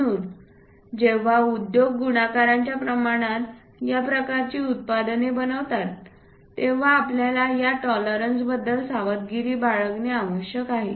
म्हणून जेव्हा उद्योग गुणाकारांच्या प्रमाणात या प्रकारची उत्पादने बनवतात तेव्हा आपल्याला या टॉलरन्सबद्दल खूप सावधगिरी बाळगणे आवश्यक आहे